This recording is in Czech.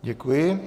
Děkuji.